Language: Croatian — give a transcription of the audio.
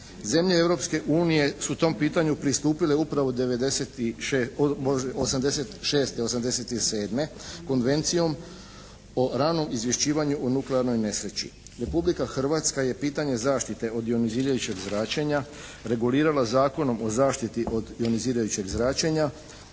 unije su tom pitanju pristupile upravo '86., '87. Konvencijom o ranom izvješćivanju o nuklearnoj nesreći. Republika Hrvatska je pitanje zaštite od ionizirajućeg zračenja regulirala Zakonom o zaštiti od ionizirajućeg zračenja